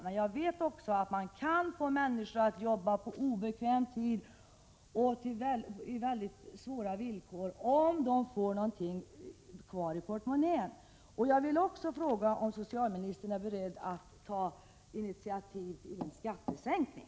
Men jag vet också att man kan få människor att arbeta på obekväm tid och under svåra villkor, om de får något kvar i portmonnän. Jag vill också fråga om socialministern är beredd att ta initiativ till en skattesänkning.